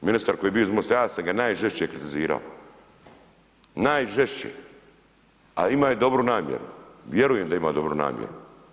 Ministar koji je bio iz MOST-a, ja sam ga najžešće kritizirao, najžešće a imao je dobru namjeru, vjerujem da je imao dobru namjeru.